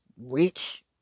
rich